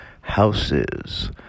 Houses